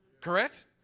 Correct